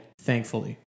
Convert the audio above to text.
thankfully